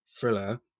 thriller